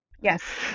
Yes